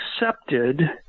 accepted